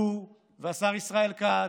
הוא והשר ישראל כץ,